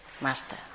master